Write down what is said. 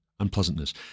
unpleasantness